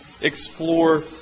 explore